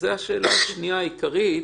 אז זו השאלה השנייה העיקרית,